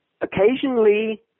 occasionally